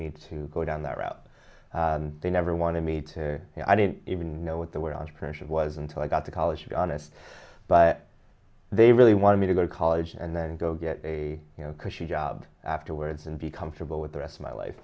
me to go down that route they never wanted me to i didn't even know what they were entrepreneurship was until i got to college and honest but they really wanted me to go to college and then go get a cushy job afterwards and be comfortable with the rest of my life